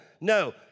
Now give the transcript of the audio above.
No